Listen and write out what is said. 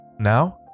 Now